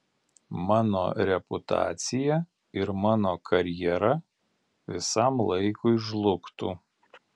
mano reputacija ir mano karjera visam laikui žlugtų